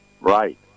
right